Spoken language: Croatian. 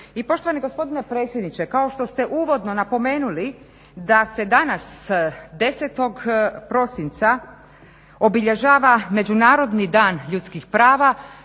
I poštovani gospodine predsjedniče, kao što ste uvodno napomenuli da se danas 10. prosinca obilježava Međunarodni dan ljudskih prava,